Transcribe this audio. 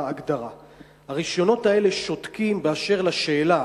הרשיונות האלה שותקים באשר לשאלה